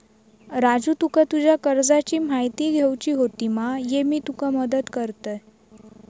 राजू तुका तुज्या कर्जाची म्हायती घेवची होती मा, ये मी तुका मदत करतय